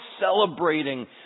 celebrating